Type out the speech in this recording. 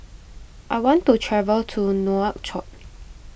I want to travel to Nouakchott